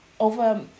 Over